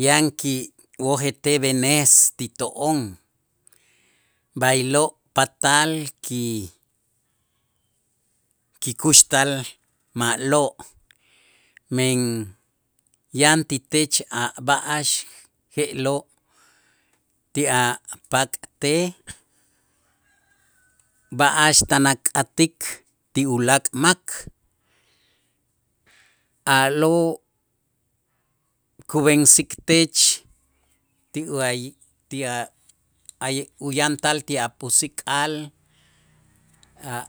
yan kiwojetej b'enes ti to'on b'aylo' patal ki- kikuxtal ma'lo', men yan ti tech a' b'a'ax je'lo' ti a' pak'tej b'a'ax tan ak'atik ti ulaak' mak a'lo' kub'ensiktech ti uyantal ti apusik'al a'